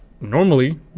normally